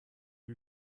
die